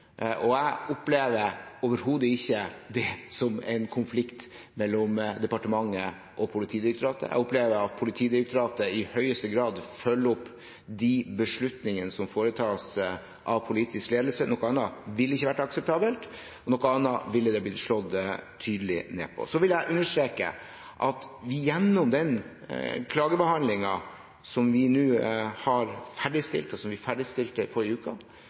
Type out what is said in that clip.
Og jeg opplever det overhodet ikke som en konflikt mellom departementet og Politidirektoratet. Jeg opplever at Politidirektoratet i høyeste grad følger opp de beslutningene som foretas av politisk ledelse. Noe annet ville ikke vært akseptabelt – noe annet ville det blitt slått tydelig ned på. Jeg vil understreke at vi under den klagebehandlingen som vi ferdigstilte i forrige uke, gikk vi